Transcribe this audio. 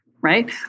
right